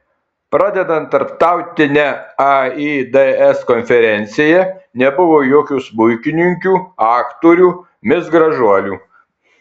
pradedant tarptautine aids konferencija nebuvo jokių smuikininkių aktorių mis gražuolių